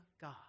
God